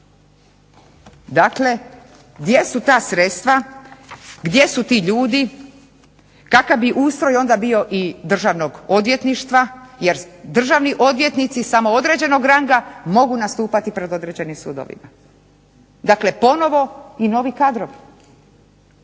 Dakle gdje su ta sredstva, gdje su ti ljudi, kakav bi ustroj onda bio i Državnog odvjetništva jer državni odvjetnici samo određenog ranga mogu nastupati pred određenim sudovima. Dakle ponovo i novi kadrovi,